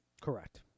Correct